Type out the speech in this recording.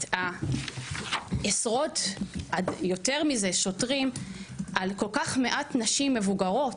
את עשרות ויותר מזה של שוטרים על כל כך מעט נשים מבוגרות.